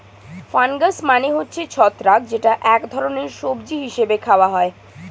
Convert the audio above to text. fungus মানে হচ্ছে ছত্রাক যেটা এক ধরনের সবজি হিসেবে খাওয়া হয়